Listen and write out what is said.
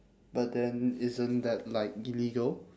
but then isn't that like illegal